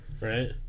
Right